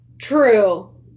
True